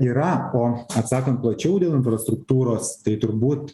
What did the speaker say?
yra o atsakant plačiau dėl infrastruktūros tai turbūt